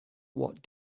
what